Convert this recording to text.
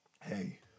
hey